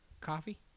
Coffee